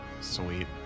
Sweet